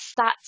stats